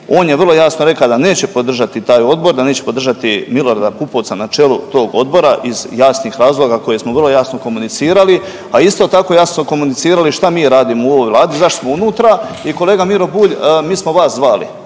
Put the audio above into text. on je vrlo jasno reka da neće podržati taj odbor da neće podržati Milorada Pupovca na čelu tog odbora iz jasnih razloga koje smo vrlo jasno komunicirali, a isto tako jasno smo komunicirali šta mi radimo u ovoj vladi zašto smo unutra i kolega Miro Bulj mi smo vas zvali